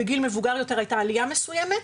בגיל מבוגר יותר הייתה עלייה מסוימת,